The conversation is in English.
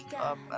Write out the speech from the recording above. up